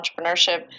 entrepreneurship